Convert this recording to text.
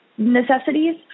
Necessities